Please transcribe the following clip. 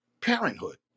parenthood